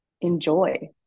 enjoy